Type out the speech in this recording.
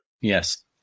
Yes